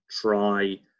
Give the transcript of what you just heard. try